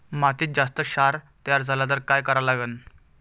मातीत जास्त क्षार तयार झाला तर काय करा लागन?